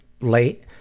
late